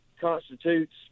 constitutes